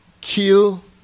kill